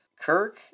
kirk